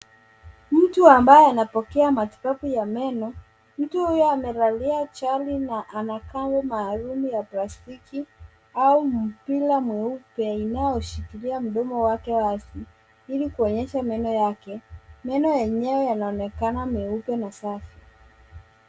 Mtu ambaye anapokea matibabu ya meno. Mtu huyo amelalia chali na ana curl maalumu ya plastiki au mpira mweupe unaoshilikia mdomo wake wazi ili kuonyesha meno yake. Meno yenyewe yanaonekana meupe na safi.